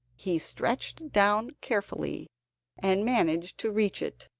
he stretched down carefully and managed to reach it,